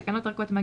חלק 1,